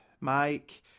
Mike